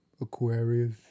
Aquarius